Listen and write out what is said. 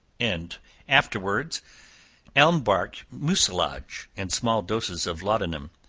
and afterwards elm bark mucilage, and small doses of laudanum.